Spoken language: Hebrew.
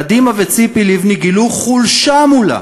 קדימה וציפי לבני גילו חולשה מולה,